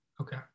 okay